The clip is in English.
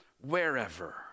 wherever